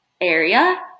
area